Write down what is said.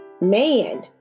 Man